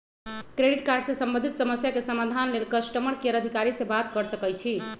credit card से संबंधित समस्या के समाधान लेल कस्टमर केयर अधिकारी से बात कर सकइछि